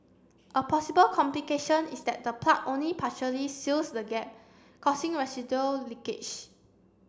a possible complication is that the plug only partially seals the gap causing residual leakage